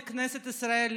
מכנסת ישראל,